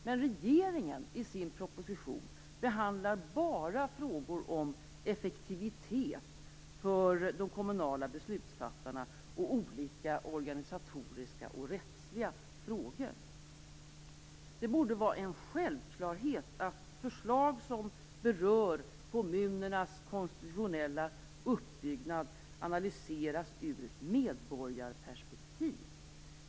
Men i propositionen behandlar regeringen bara frågor om effektivitet för de kommunala beslutsfattarna och olika organisatoriska och rättsliga frågor. Det borde vara en självklarhet att förslag som berör kommunernas konstitutionella uppbyggnad analyseras ur ett medborgarperspektiv.